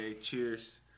cheers